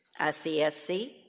ICSC